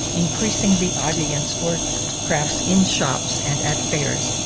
increasing the audience for crafts in shops and at fairs.